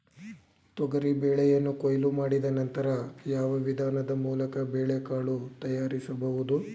ತೊಗರಿ ಬೇಳೆಯನ್ನು ಕೊಯ್ಲು ಮಾಡಿದ ನಂತರ ಯಾವ ವಿಧಾನದ ಮೂಲಕ ಬೇಳೆಕಾಳು ತಯಾರಿಸಬಹುದು?